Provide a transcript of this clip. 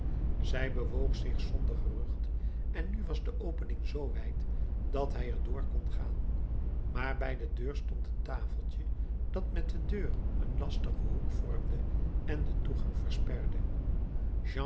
zij bewoog zich zonder gerucht en nu was de opening zoo wijd dat hij er door kon gaan maar bij de deur stond een tafeltje dat met de deur een lastigen hoek vormde en den toegang versperde